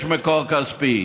יש מקור כספי.